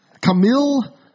Camille